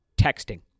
texting